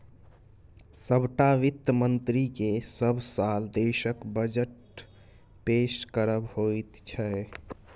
सभटा वित्त मन्त्रीकेँ सभ साल देशक बजट पेश करब होइत छै